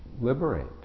liberate